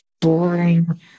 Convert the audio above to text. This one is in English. boring